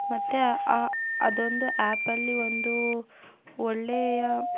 ಮತ್ತು ಅದೊಂದು ಆ್ಯಪಲ್ಲಿ ಒಂದು ಒಳ್ಳೆಯ